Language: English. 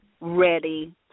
ready